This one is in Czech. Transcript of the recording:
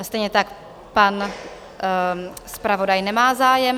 Stejně tak pan zpravodaj nemá zájem?